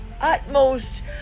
utmost